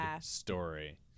story